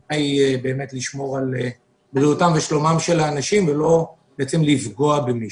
הכוונה היא באמת לשמור על בריאותם ושלומם של האנשים ולא לפגוע במישהו.